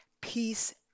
peace